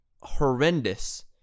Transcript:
horrendous